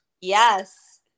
Yes